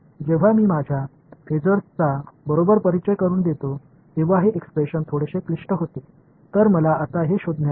जेव्हा मी माझ्या फेजर्सचा बरोबर परिचय करून देतो तेव्हा हे एक्सप्रेशन थोडेसे क्लिष्ट होते